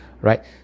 right